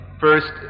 first